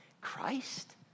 Christ